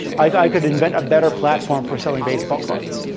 i could invent a better platform for selling baseball cards.